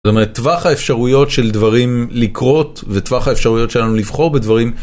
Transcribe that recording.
זאת אומרת טווח האפשרויות של דברים לקרות וטווח האפשרויות שלנו לבחור בדברים.